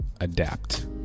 adapt